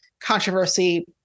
controversy